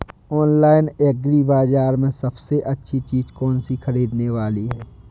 Online agri बाजार में सबसे अच्छी चीज कौन सी ख़रीदने वाली है?